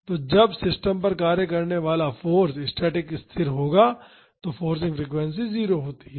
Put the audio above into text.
तो जब सिस्टम पर कार्य करने वाला फाॅर्स स्टैटिक स्थिर होता है तो फोर्सिंग फ्रीक्वेंसी 0 होती है